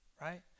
Right